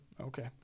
Okay